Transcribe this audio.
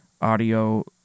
audio